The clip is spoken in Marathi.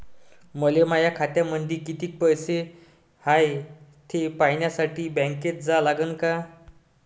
मले माया खात्यामंदी कितीक पैसा हाय थे पायन्यासाठी बँकेत जा लागनच का?